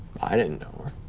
i didn't know